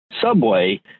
Subway